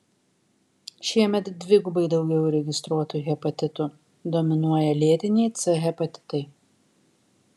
šiemet dvigubai daugiau registruotų hepatitų dominuoja lėtiniai c hepatitai